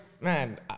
man